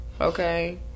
okay